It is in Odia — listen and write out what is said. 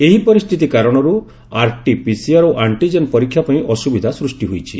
ଏହି ପରିସ୍ଥିତି କାରଣରୁ ଆରଟିପିସିଆର ଓ ଆଣ୍ଟିଜେନ ପରୀକ୍ଷା ପାଇଁ ଅସୁବିଧା ସୃଷ୍ଟି ହୋଇଛି